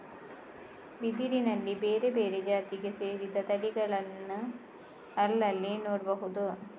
ಬಿದಿರಿನಲ್ಲಿ ಬೇರೆ ಬೇರೆ ಜಾತಿಗೆ ಸೇರಿದ ತಳಿಗಳನ್ನ ಅಲ್ಲಲ್ಲಿ ನೋಡ್ಬಹುದು